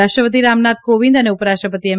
રાષ્ટ્રપતિ રામનાથ કોવિંદ અને ઉપરાષ્ટ્રપતિ એમ